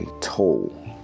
toll